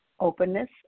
Openness